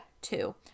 Two